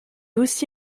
aussi